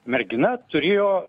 mergina turėjo